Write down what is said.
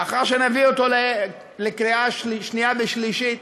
לאחר שנביא אותו לקריאה שנייה ושלישית,